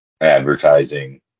advertising